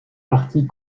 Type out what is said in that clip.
parti